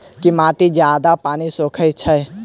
केँ माटि जियादा पानि सोखय छै?